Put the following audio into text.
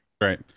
Right